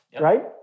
right